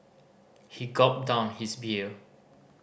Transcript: he gulped down his beer